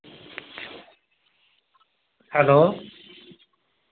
hello